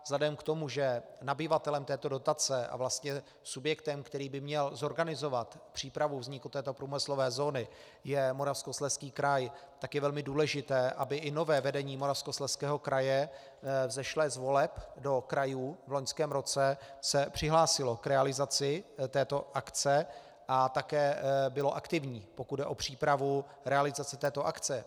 Vzhledem k tomu, že nabyvatelem této dotace a vlastně subjektem, který by měl zorganizovat přípravu vzniku této průmyslové zóny, je Moravskoslezský kraj, tak je velmi důležité, aby i nové vedení Moravskoslezského kraje vzešlé z voleb do krajů v loňském roce se přihlásilo k realizaci této akce a také bylo aktivní, pokud jde o přípravu realizace této akce.